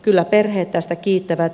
kyllä perheet tästä kiittävät